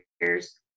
years